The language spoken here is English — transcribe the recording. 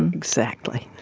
exactly